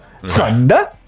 Thunder